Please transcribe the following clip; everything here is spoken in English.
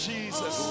Jesus